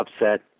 upset